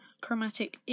chromatic